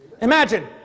Imagine